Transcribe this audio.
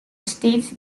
state